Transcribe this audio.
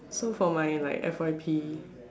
so for my like F_Y_P